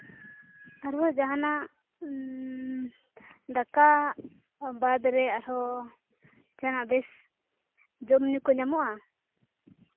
ᱟᱨᱦᱚᱸ ᱡᱟᱦᱟᱱᱟᱜ ᱫᱟᱠᱟ ᱵᱟᱫᱽᱨᱮ ᱟᱨᱦᱚᱸ ᱡᱟᱦᱟᱱᱟᱜ ᱵᱮᱥ ᱡᱚᱢ ᱧᱩ ᱠᱚ ᱧᱟᱢᱚᱜᱼᱟ